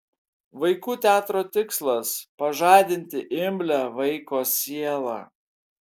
vaikų teatro tikslas pažadinti imlią vaiko sielą